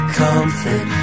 comfort